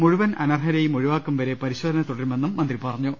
മുഴുവൻ അനർഹരേയും ഒഴിവാക്കുംവരെ പരിശോധന തുടരുമെന്ന് അദ്ദേഹം പറഞ്ഞു